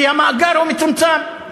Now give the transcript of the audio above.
כי המאגר הוא מצומצם.